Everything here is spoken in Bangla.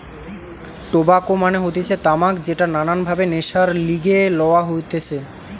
টোবাকো মানে হতিছে তামাক যেটা নানান ভাবে নেশার লিগে লওয়া হতিছে